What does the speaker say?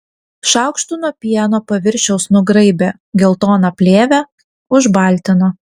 šaukštu nuo pieno paviršiaus nugraibė geltoną plėvę užbaltino